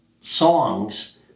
songs